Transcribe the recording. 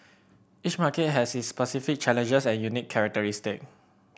each market has its specific challenges and unique characteristics